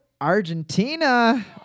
Argentina